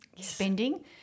spending